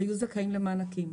היו זכאים למענקים.